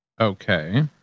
Okay